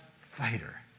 fighter